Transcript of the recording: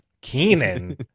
Keenan